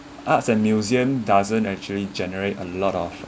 arts and museum doesn't actually generate a lot of